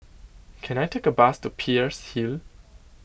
can I take a bus to Peirce Hill